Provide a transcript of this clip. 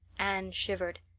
anne shivered.